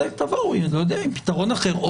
אלא אם תבואו עם פתרון אחר,